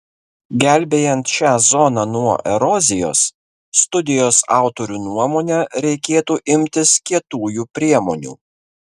gelbėjant šią zoną nuo erozijos studijos autorių nuomone reikėtų imtis kietųjų priemonių